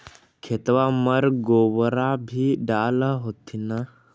खेतबा मर गोबरो भी डाल होथिन न?